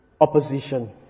opposition